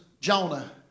Jonah